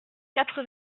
quatre